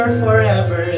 forever